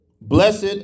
Blessed